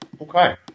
Okay